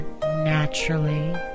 naturally